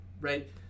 right